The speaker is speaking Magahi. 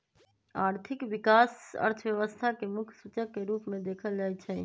आर्थिक विकास अर्थव्यवस्था के मुख्य सूचक के रूप में देखल जाइ छइ